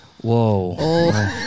Whoa